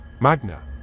Magna